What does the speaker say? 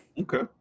Okay